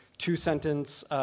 two-sentence